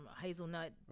hazelnut